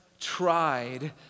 tried